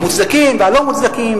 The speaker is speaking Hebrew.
המוצדקים והלא-מוצדקים,